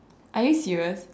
are you serious